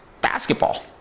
basketball